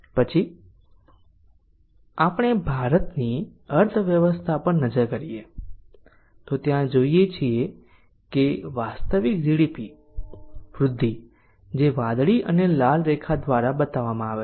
પછી આપણે ભારતની અર્થવ્યવસ્થા પર નજર કરીએ તો આપણે ત્યાં જોઈએ છીએ કે વાસ્તવિક GDP વૃદ્ધિ જે વાદળી અને લાલ રેખા દ્વારા બતાવવામાં આવે છે